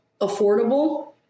affordable